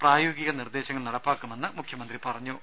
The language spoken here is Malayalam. പ്രായോഗിക നിർദേശങ്ങൾ നടപ്പാക്കുമെന്ന് മുഖ്യമന്ത്രി പറഞ്ഞു